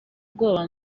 ubwoba